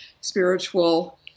spiritual